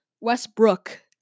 Westbrook